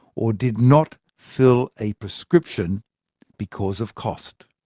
or did not fill a prescription because of cost.